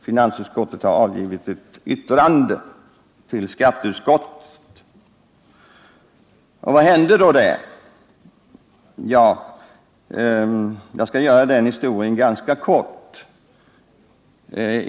Finansutskottet har avgivit ett yttrande till skatteutskottet. Vad hände då där? Ja, jag skall göra den historieskrivningen ganska kort.